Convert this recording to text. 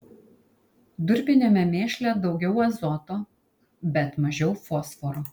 durpiniame mėšle daugiau azoto bet mažiau fosforo